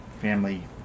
family